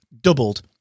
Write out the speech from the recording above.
doubled